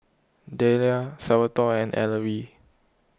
Dahlia Salvatore and Ellery